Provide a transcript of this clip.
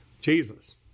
Jesus